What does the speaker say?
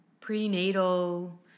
prenatal